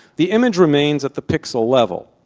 the image remains at the pixel level.